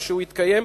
והוא יתקיים,